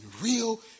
real